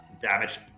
damage